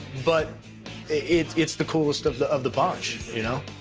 but it's it's the coolest of the of the bunch, you know.